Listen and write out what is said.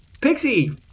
pixie